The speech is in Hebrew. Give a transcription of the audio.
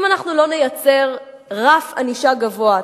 אם אנחנו לא נייצר רף ענישה גבוה,